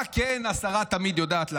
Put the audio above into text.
מה כן השרה תמיד יודעת לעשות?